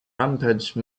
rampage